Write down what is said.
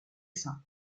sain